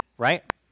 Right